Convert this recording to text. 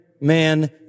man